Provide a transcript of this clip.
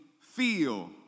feel